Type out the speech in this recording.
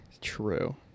True